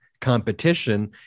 competition